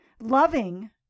Loving